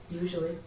Usually